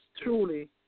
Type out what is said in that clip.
truly